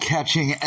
Catching